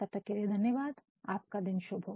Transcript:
तब तक के लिए धन्यवाद आपका दिन शुभ हो